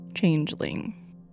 Changeling